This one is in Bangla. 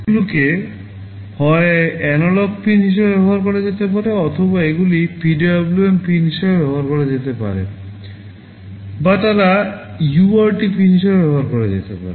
এগুলিকে হয় এনালগ পিন হিসাবে ব্যবহার করা যেতে পারে অথবা এগুলি PWM পিন হিসাবে ব্যবহার করা যেতে পারে বা তারা UART পিন হিসাবে ব্যবহার করা যেতে পারে